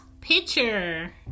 Picture